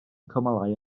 cymylau